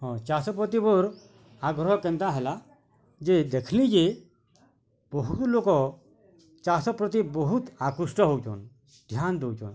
ହଁ ଚାଷ୍ ପ୍ରତି ମୋର୍ ଆଗ୍ରହ କେନ୍ତା ହେଲା ଯେ ଦେଖଲି ଯେ ବହୁ ଲୋକ ଚାଷ୍ ପ୍ରତି ବହୁତ୍ ଆକୃଷ୍ଟ ହେଉଛନ୍ ଧ୍ୟାନ୍ ଦେଉଛନ୍